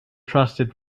trusted